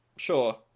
sure